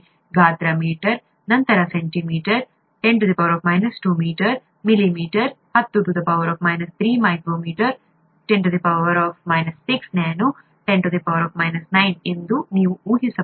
ಗಾತ್ರ ಮೀಟರ್ ನಂತರ centimetre 10 2 metre millimetre 10 3 micro 10 6 nano 10 9 ಎಂದು ನೀವು ಊಹಿಸಬಹುದು